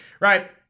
right